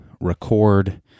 record